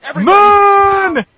Moon